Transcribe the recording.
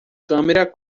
câmera